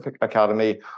Academy